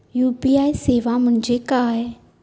UPI सेवा म्हणजे काय?